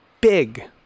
Big